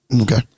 Okay